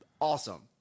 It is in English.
awesome